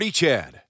Chad